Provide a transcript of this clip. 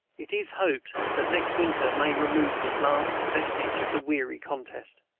it is hoped that next winter may remove this last vestige of the weary contest